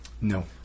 No